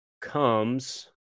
comes